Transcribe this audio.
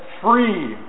free